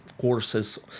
courses